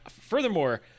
Furthermore